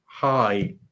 hi